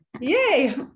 Yay